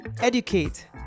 educate